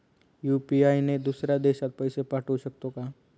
UPI ने दुसऱ्या देशात पैसे पाठवू शकतो का?